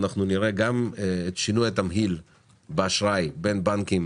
אנחנו נראה גם את שינוי התמהיל באשראי בין בנקים